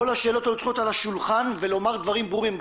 כל השאלות צריכות להיות על השולחן ולומר דברים ברורים,